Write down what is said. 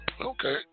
Okay